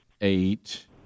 eight